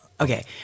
Okay